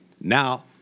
now